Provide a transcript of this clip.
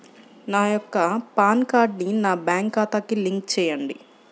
నా యొక్క పాన్ కార్డ్ని నా బ్యాంక్ ఖాతాకి లింక్ చెయ్యండి?